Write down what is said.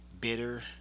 bitter